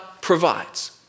provides